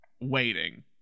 waiting